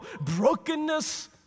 brokenness